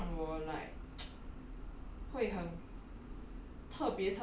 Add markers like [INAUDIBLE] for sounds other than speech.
gaming 不是一个 like 让 like like 让我 like [NOISE]